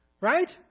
Right